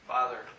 Father